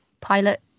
pilot